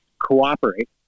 cooperate